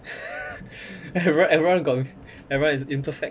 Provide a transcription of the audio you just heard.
everyone everyone got everyone is imperfect